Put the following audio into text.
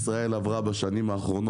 עשו ערוצי טלוויזיה ואחרים,